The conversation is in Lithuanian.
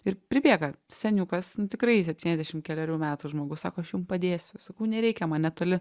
ir pribėga seniukas tikrai septyniasdešim kelerių metų žmogus sako aš jum padėsiu sakau nereikia man netoli